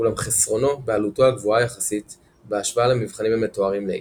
אולם חסרונו בעלותו הגבוהה יחסית בהשוואה למבחנים המתוארים לעיל.